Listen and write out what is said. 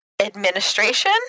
administration